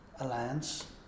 Alliance